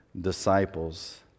disciples